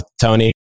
Tony